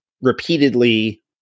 repeatedly